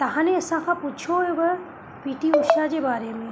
तव्हां ने असांखां पुछियो हुयव पी टी उषा जे बारे में